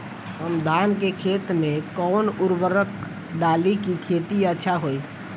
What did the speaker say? हम धान के खेत में कवन उर्वरक डाली कि खेती अच्छा होई?